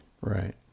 Right